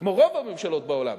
כמו רוב הממשלות בעולם,